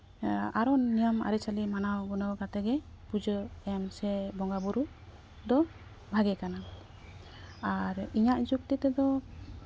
ᱟᱨᱚ ᱱᱤᱭᱟᱢ ᱟᱹᱨᱤᱪᱟᱹᱞᱤ ᱢᱟᱱᱟᱣ ᱜᱩᱱᱟᱹᱣ ᱠᱟᱛᱮ ᱜᱮ ᱯᱩᱡᱟᱹ ᱮᱢ ᱥᱮ ᱵᱚᱸᱜᱟᱼᱵᱳᱨᱳ ᱫᱚ ᱵᱷᱟᱜᱮ ᱠᱟᱱᱟ ᱟᱨ ᱤᱧᱟᱹᱜ ᱡᱩᱠᱛᱤ ᱛᱮᱫᱚ